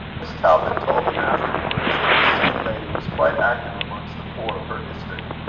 miss talbot told him afterwards, that this same lady was quite active amongst the poor of her district.